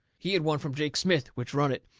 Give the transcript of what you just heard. he had won from jake smith, which run it,